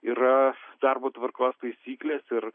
yra darbo tvarkos taisyklės ir